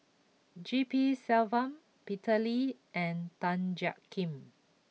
G P Selvam Peter Lee and Tan Jiak Kim